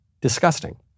disgusting